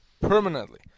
permanently